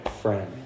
friend